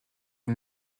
une